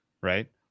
right